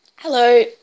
Hello